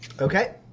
Okay